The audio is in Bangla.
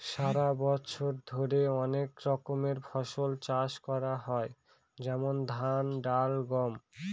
সারা বছর ধরে অনেক রকমের ফসল চাষ করা হয় যেমন ধান, ডাল, গম